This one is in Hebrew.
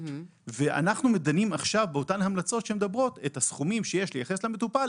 עכשיו אנחנו דנים באותן המלצות שאומרות שהסכומים שיש לייחס לעובד,